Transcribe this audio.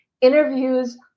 interviews